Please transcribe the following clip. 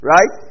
Right